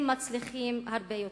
הם מצליחים הרבה יותר.